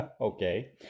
Okay